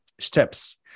steps